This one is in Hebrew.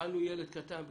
שאלנו ילד קטן.